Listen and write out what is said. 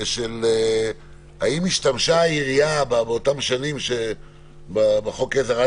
של האם השתמשה העירייה באותן שנים בחוק עזר?